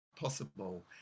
possible